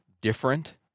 different